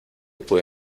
pude